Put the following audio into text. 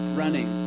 running